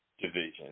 division